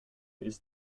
ist